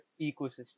ecosystem